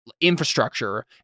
infrastructure